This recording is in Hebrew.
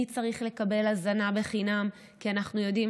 מי צריך לקבל הזנה בחינם כי אנחנו יודעים